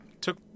took